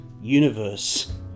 universe